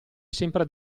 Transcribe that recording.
sempre